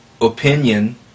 opinion